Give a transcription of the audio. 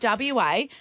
WA